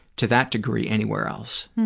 to that degree, anywhere else.